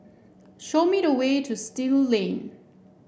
show me the way to Still Lane